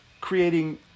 creating